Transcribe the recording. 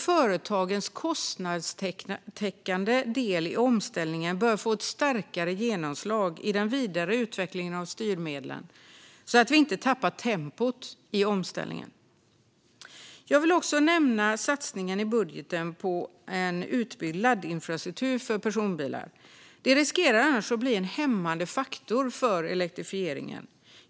Företagens kostnadstäckande del i omställningen bör därför få ett starkare genomslag i den vidare utvecklingen av styrmedlen, så att vi inte tappar tempot i omställningen. Jag vill också nämna satsningen i budgeten på en utbyggd laddinfrastruktur för personbilar. Det riskerar annars att bli en hämmande faktor för elektrifieringen.